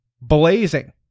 blazing